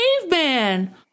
Caveman